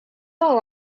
all